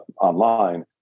online